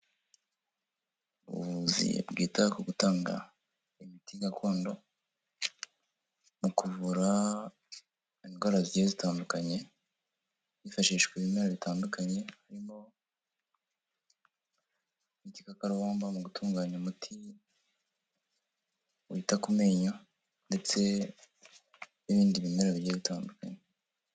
Ubuvuzi bwita ku gutanga imiti gakondo mu kuvura indwara zitandukanye hifashishijwe ibimera bitandukanye harimo igikakamba mugutunganya umuti wita ku menyo ndetse n'ibindi bimera bigira bitandukanye.